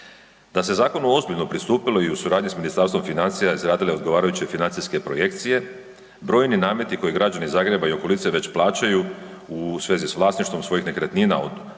Da se zakonu ozbiljno pristupilo i u suradnji sa Ministarstvom financija i izradile ogovarajuće financijske projekcije brojni nameti koje građani Zagreba i okolice već plaćaju u vezi s vlasništvom svojih nekretnina od